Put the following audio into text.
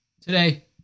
Today